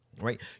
right